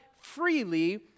freely